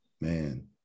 man